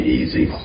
easy